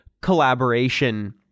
collaboration